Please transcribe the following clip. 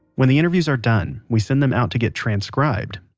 when the interviews are done, we send them out to get transcribed.